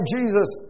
Jesus